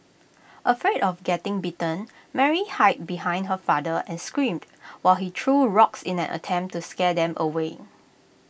afraid of getting bitten Mary hid behind her father and screamed while he threw rocks in an attempt to scare them away